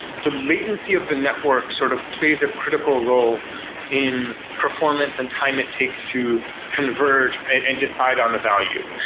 the latency of the network sort of plays a critical role in performance and time it takes to converge and and decide on a value.